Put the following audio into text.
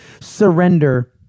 surrender